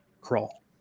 Crawl